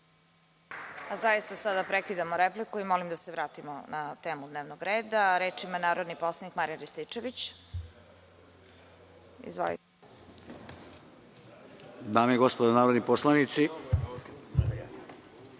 Zaista sada prekidamo repliku i molim da se vratimo na temu dnevnog reda. Reč ima narodni poslanik Marijan Rističević.